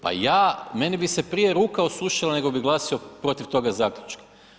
Pa ja, meni bi se prije ruka osušila nego bi glasao protiv toga zaključka.